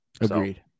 Agreed